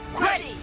Ready